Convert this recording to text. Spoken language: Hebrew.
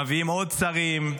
מביאים עוד שרים,